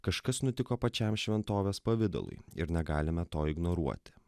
kažkas nutiko pačiam šventovės pavidalui ir negalime to ignoruoti